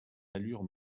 allure